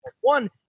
one